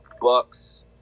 Bucks